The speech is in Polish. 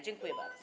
Dziękuję bardzo.